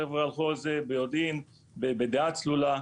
חבר'ה הלכו על זה ביודעין ובדעה צלולה,